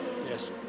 Yes